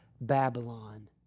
Babylon